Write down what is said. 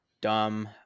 dumb